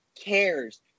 cares